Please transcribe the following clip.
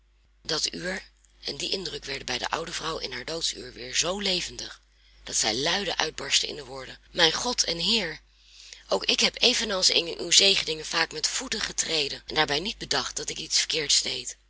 dat uur en die indruk werden bij die oude vrouw in haar doodsuur weer zoo levendig dat zij luide uitbarstte in de woorden mijn god en heer ook ik heb evenals inge uw zegeningen vaak met voeten getreden en daarbij niet bedacht dat ik iets verkeerds deed